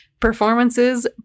Performances